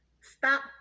Stop